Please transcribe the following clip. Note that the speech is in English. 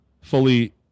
fully